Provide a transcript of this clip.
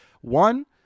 one